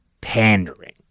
pandering